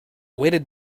weighted